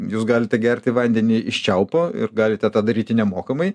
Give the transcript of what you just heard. jūs galite gerti vandenį iš čiaupo ir galite tą daryti nemokamai